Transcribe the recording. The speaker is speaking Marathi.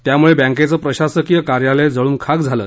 त्यामुळे बँकेचं प्रशासकीय कार्यालय जळून खाक झालं